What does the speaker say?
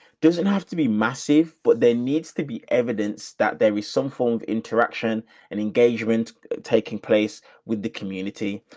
doesn't have to be massive, but there needs to be evidence that there is some form of interaction and engagement taking place with the community.